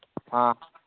ꯑ